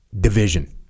division